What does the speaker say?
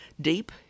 deep